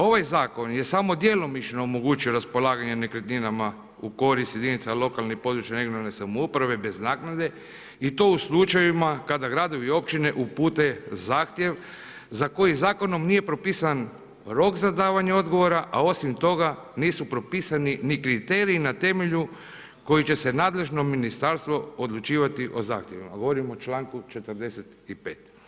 Ovaj zakon je samo djelomično omogućio raspolaganje nekretninama u korist jedinica lokalne i područne (regionalne) samouprave bez naknade i to u slučajevima kada gradovi i općine upute zahtjev za koji zakonom nije propisan rok za davanje odgovora, a osim toga nisu propisani ni kriteriji na temelju kojih će se nadležno ministarstvo odlučivati o zahtjevima, govorim o članku 45.